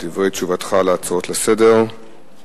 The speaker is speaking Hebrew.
דברי תשובתך להצעות לסדר-היום